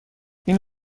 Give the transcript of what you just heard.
این